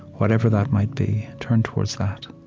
whatever that might be, turn towards that